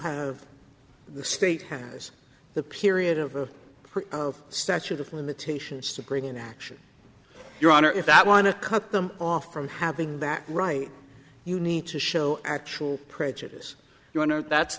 have the state has the period of a statute of limitations to bring into action your honor if i want to cut them off from having that right you need to show actual prejudice your honor that's